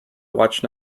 watch